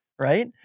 Right